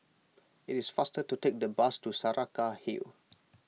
it is faster to take the bus to Saraca Hill